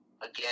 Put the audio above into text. again